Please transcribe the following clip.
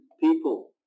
people